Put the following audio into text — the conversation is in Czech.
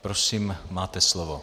Prosím, máte slovo.